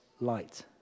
light